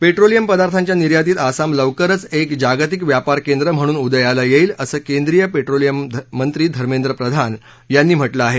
petroleum पदार्थांच्या निर्यातीत आसाम लवकरच एक जागतिक व्यापार केंद्र म्हणून उदयाला येईल असं केंद्रीय पेट्रोलियममंत्री धमेंद्र प्रधान यांनी म्हटलं आहे